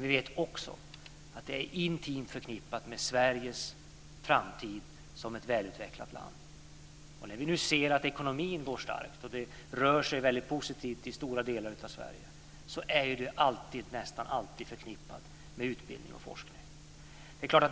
Vi vet också att det är intimt förknippat med Sveriges framtid som ett välutvecklat land. När vi nu ser att ekonomin är stark och att det rör sig positivt i stora delar av Sverige, är det nästan alltid förknippat med utbildning och forskning.